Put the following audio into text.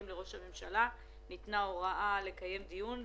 לראש הממשלה ניתנה הוראה לקיים דיון,